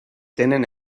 tenen